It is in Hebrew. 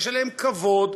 יש אליהם כבוד,